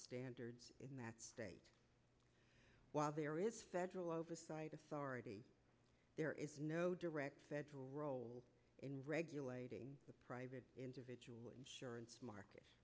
standards in that state while there is federal oversight authority there is no direct federal role in regulating the private individual insurance market